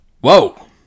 whoa